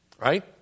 Right